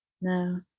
No